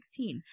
2016